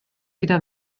gyda